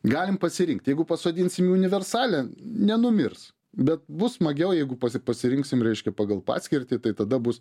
galim pasirinkt jeigu pasodinsim į universalią nenumirs bet bus smagiau jeigu pasirinksim reiškia pagal paskirtį tai tada bus